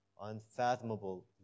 unfathomable